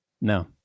No